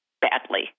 badly